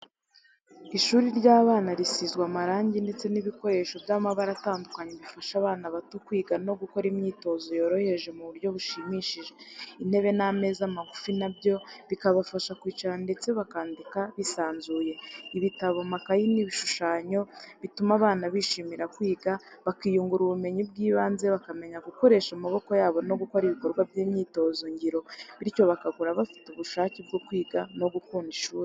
Ishuri ry’abana risizwe amarangi ndetse n’ibikoresho by'amabara atandukanye bifasha abana bato kwiga no gukora imyitozo yoroheje mu buryo bushimishije. Intebe n’ameza magufi na byo bikabafasha kwicara ndetse bakandika bisabanzuye. Ibitabo, amakayi n’ibishushanyo bituma abana bishimira kwiga, bakiyungura ubumenyi bw’ibanze, bakamenya gukoresha amaboko yabo no gukora ibikorwa by’imyitozo ngiro, bityo bagakura bafite ubushake bwo kwiga no gukunda ishuri.